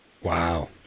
wow